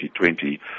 2020